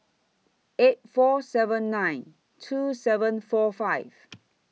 eight four seven nine two seven four five